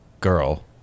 Girl